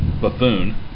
buffoon